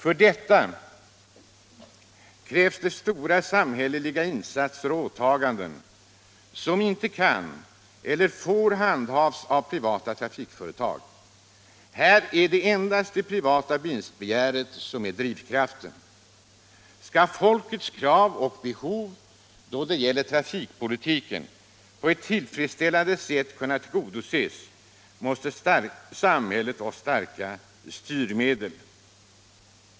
För detta krävs det stora samhälleliga insatser och åtaganden, som inte kan eller får handhas av privata trafikföretag. Här är det endast det privata vinstbegäret som är drivkraften. Skall folkets krav och behov då det gäller trafikpolitiken på ett tillfreds ställande sätt kunna tillgodoses måste samhället ha starka styrmedel.